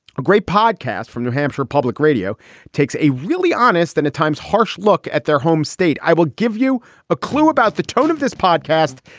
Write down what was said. a great podcast from new hampshire public radio takes a really honest and at times harsh look at their home state. i will give you a clue about the tone of this podcast.